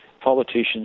politicians